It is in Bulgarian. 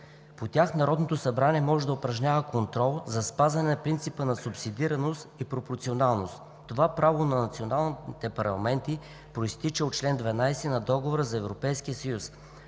По тях Народното събрание може да упражни контрол за спазване на принципа на субсидиарност и пропорционалност. Това право на националните парламенти произтича от чл. 12 на Договора за Европейския съюз.